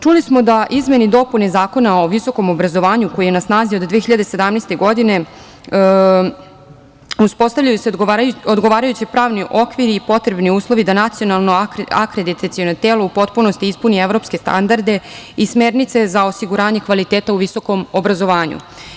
Čuli smo da izmene i dopune Zakona o visokom obrazovanju, koji je na snazi od 2017. godine, uspostavljaju se odgovarajući pravni okviri i potrebni uslovi da nacionalno akreditaciono telo u potpunosti ispuni evropske standarde i smernice za osiguranje kvaliteta u visokom obrazovanju.